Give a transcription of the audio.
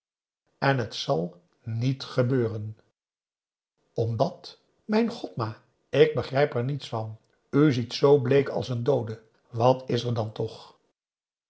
en het zal niet gebeuren omdat mijn god ma ik begrijp er niets van u ziet zoo bleek als een doode wat is er dan toch